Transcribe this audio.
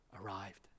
arrived